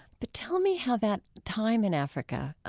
but tell me how that time in africa